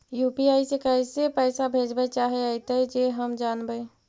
UPI से कैसे पैसा भेजबय चाहें अइतय जे हम जानबय?